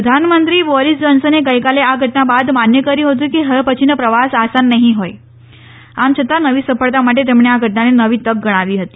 પ્રધાનમંત્રી બોરીસ જહોનસને ગઇકાલે આ ઘટના બાદ માન્ય કર્યુ હતું કે ફવે પછીનો પ્રવાસ આસાન નઠી હોય આમ છતાં નવી સફળતા માટે તેમણે આ ઘટનાને નવી તક ગણાવી હતી